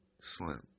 slim